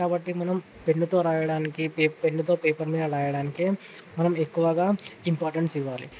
కాబట్టి మనం పెన్నుతో రాయడానికి పేప్ పెన్నుతో పేపర్ మీద రాయడానికి మనం ఎక్కువగా ఇంపార్టెన్స్ ఇవ్వాలి